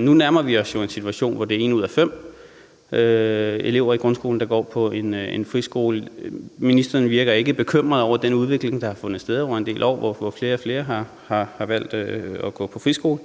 Nu nærmer vi os jo en situation, hvor det er en ud af fem elever i grundskolen, der går på en friskole. Ministeren virker ikke bekymret over den udvikling, der har fundet sted over en del år, hvor flere og flere har valgt at gå på friskole.